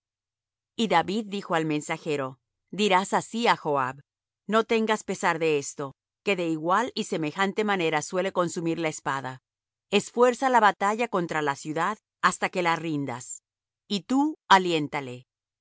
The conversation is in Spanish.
y david dijo al mensajero dirás así á joab no tengas pesar de esto que de igual y semejante manera suele consumir la espada esfuerza la batalla contra la ciudad hasta que la rindas y tú aliéntale